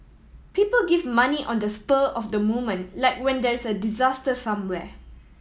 people give money on the spur of the moment like when there's a disaster somewhere